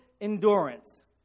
endurance